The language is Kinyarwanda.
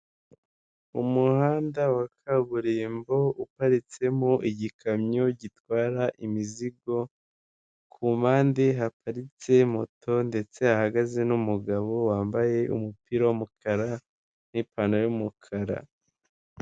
Mu muhanda wa kaburimbo uparitsemo igikamyo gitwara imizigo kumpande haparitse moto ndetse ahagaze n'umugabo wambaye umupira w'umukara n'ipantaro y'umukara.